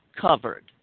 covered